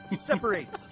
Separates